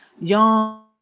young